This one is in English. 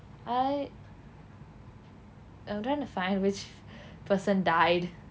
I I'm trying to find which person died